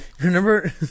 remember